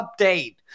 update